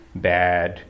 bad